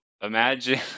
imagine